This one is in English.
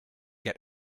get